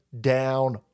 down